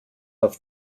auf